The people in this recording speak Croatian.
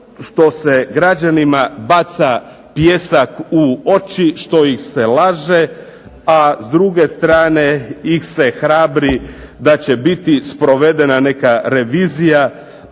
što se građanima baca pijesak u oči, što ih se laže, a s druge strane ih se hrabri da će biti sprovedena neka revizija,